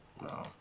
No